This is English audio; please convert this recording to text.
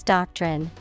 Doctrine